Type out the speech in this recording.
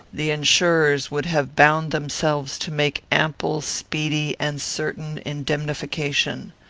the insurers would have bound themselves to make ample, speedy, and certain indemnification.